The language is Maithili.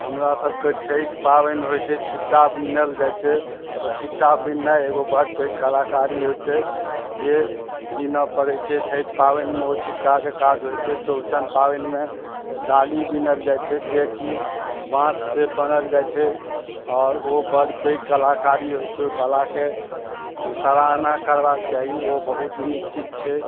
हमरा सबके छैठ पाबनि होइ छै छिट्टा बिनल जाइ छै ओ छिट्टा बिननाइ एगो बड़ पैघ कलाकारी होइ छै जे बीन पड़य छै छैठ पाबनिमे ओ छिट्टाके काज होइ छै चौरचन पाबनिमे डाली बिनल जाइ छै जेकि बाँससँ बनायल जाइ छै आओर ओ बड़ पैघ कलाकारी होइ छै ओ कलाके सराहना करबाक चाही ओ बहुत नीक चीज छै